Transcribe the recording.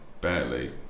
barely